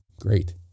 Great